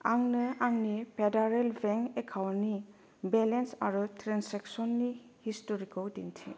आंनो आंनि federal bank एकाउन्टनि बेलेन्स आरो ट्रेनजेकशननि हिस्ट'रिखौ दिन्थि